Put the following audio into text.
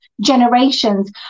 generations